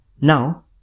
Now